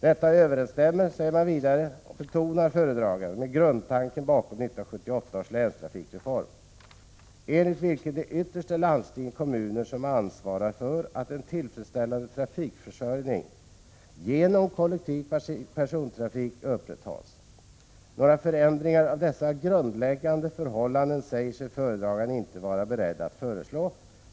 Detta överensstämmer — betonar föredraganden — med grundtanken bakom 1978 års länstrafikreform, enligt vilken det ytterst är landstingen och kommunerna som ansvarar för att en tillfredsställande trafikförsörjning genom kollektiv persontrafik upprätthålls. Några förändringar av dessa grundläggande förhållanden säger sig föredraganden inte vara beredd att föreslå.